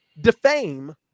defame